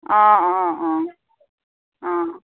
অঁ অঁ অঁ অঁ